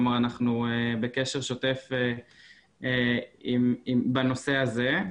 כלומר אנחנו בקשר שותף בנושא הזה,